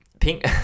pink